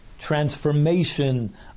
transformation